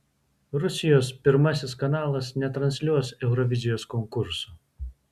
rusijos pirmasis kanalas netransliuos eurovizijos konkurso